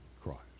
Christ